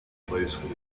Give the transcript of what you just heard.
происходят